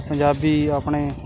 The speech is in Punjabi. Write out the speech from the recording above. ਪੰਜਾਬੀ ਆਪਣੇ